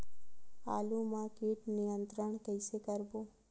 आलू मा कीट नियंत्रण कइसे करबो?